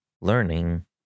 learning